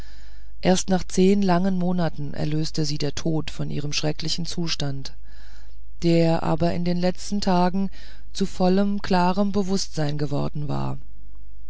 erst nach zehn langen monaten erlöste sie der tod von ihrem schrecklichen zustand der aber in den letzten tagen zu vollem klarem bewußtsein geworden war